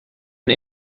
een